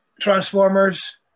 Transformers